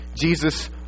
Jesus